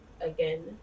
again